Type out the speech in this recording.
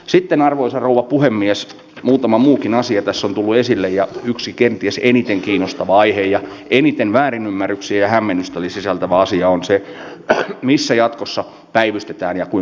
sitten arvoisa rouva puhemies muutama muukin asia tässä on tullut esille ja yksi kenties eniten kiinnostava aihe ja eniten väärinymmärryksiä ja hämmennystä sisältävä asia on se missä jatkossa päivystetään ja kuinka paljon